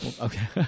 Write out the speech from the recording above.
Okay